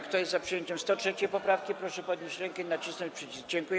Kto jest za przyjęciem 103. poprawki, proszę podnieść rękę i nacisnąć przycisk.